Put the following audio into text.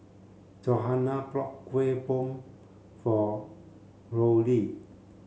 Johana brought Kueh Bom for Rollie